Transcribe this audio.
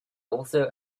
also